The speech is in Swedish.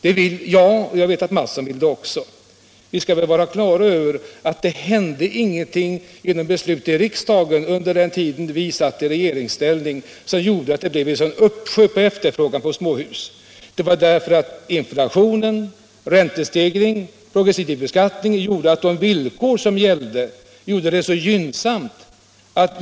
Jag vet att också herr Mattsson vill det. Vi skall vara på det klara med att det inte var något beslut i riksdagen under den tid som vi satt i regeringsställning som medförde att det blev en sådan uppsjö på efterfrågan på småhus. Det var inflationen, räntestegringarna och den progressiva beskattningen som gjorde det så gynnsamt med gäldränteavdraget.